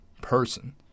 person